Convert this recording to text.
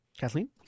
Kathleen